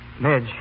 Midge